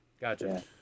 gotcha